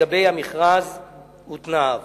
לגבי המכרז ותנאיו.